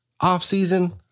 Off-season